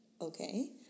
Okay